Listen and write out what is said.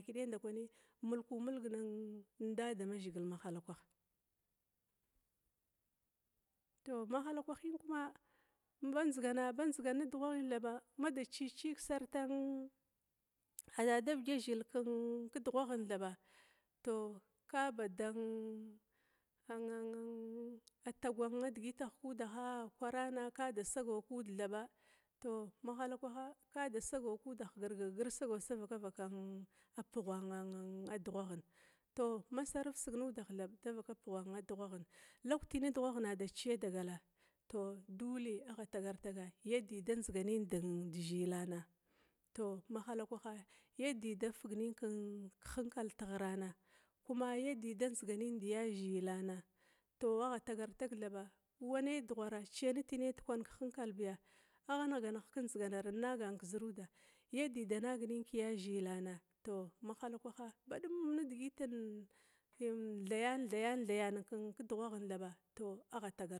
Thir ən ndakwanu mulku mulgwa dadamuzəgila ma hall kwaɓa tow ma hall kwahən kuma ba njəgama ba njəgana na dughwa kən thaɓa mada chiət chogsartan dadama vɗga zəl kən ku dughwa kən thaɓ tow ka ba ɗan angan angan alagwa dəgətaha kudaha kwaraangwa kada sagaw ku daha thaɓa tow mahalla kwaha thaɓ taw ma halla kwaha kwada sagaw ku dah gir-gir-gir sagaw da vaka vakan an pughaan dughwa hən lukty na dughwa hən chəyadagala taw dauly agha tagar tagar yada da njaganən da zəlana tar ma hala kwaha yada dafagnən hankal da ghranna kuma yadə da kəsganən dayazəllana tow agha tagar tagthaɓa wa nay dughwara chəya naty nai da kwan hankalbiya agha nəganəgka njəganar ən nagan ka zəruda yaɗa da nagnən ka yazallana taw maghalla kwala baɗum nadəgətən thayan-thayan-thayan ka dughwaghan thaɓa tow agha tagana.